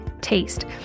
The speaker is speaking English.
taste